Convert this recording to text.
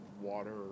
water